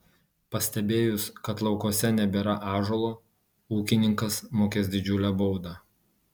pastebėjus kad laukuose nebėra ąžuolo ūkininkas mokės didžiulę baudą